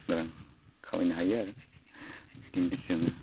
रां खामायनो हायो आरो बिदिनो जोङो